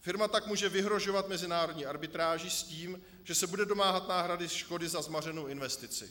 Firma tak může vyhrožovat mezinárodní arbitráží s tím, že se bude domáhat náhrady škody za zmařenou investici.